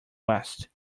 west